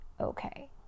okay